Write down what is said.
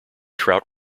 trout